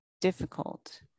difficult